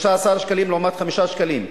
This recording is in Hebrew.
13 שקלים לעומת 5 שקלים.